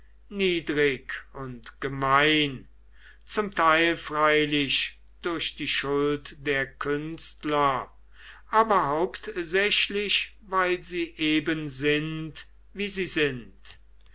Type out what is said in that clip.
niedrig und gemein zum teil freilich durch die schuld der künstler aber hauptsächlich weil sie eben sind wie sie sind